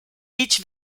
each